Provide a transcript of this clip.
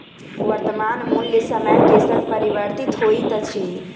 वर्त्तमान मूल्य समय के संग परिवर्तित होइत अछि